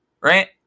right